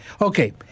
Okay